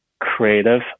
creative